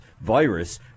virus